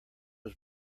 was